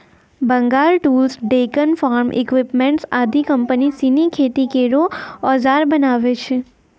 Bengal tools, Deccan farm equipments आदि company सिनी खेती केरो औजार बनावै छै